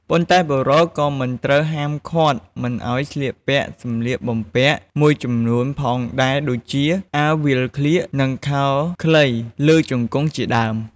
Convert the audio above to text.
ប៉ុន្តែបុរសក៏ត្រូវបានហាមឃាតមិនឲ្យស្លៀកពាក់សម្លៀកបំពាក់មួយចំនួនផងដែរដូចជា អាវវាលក្លៀក និងខោខ្លីលើជង្គង់ជាដើម។